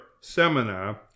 seminar